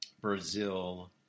Brazil